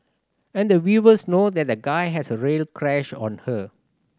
and the viewers know that the guy has a real crush on her